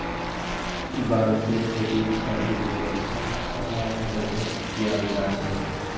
बांसेर खेती अधिक वर्षा वालार जगहत कियाल जा छेक